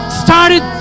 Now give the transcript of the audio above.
started